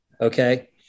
Okay